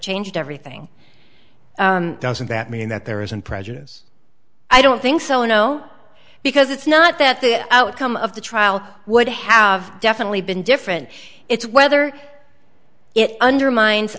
changed everything doesn't that mean that there isn't prejudice i don't think so no because it's not that the outcome of the trial would have definitely been different it's whether it undermines